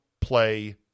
play